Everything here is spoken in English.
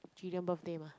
gillian birthday mah